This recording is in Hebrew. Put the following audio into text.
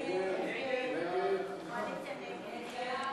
ההסתייגות לחלופין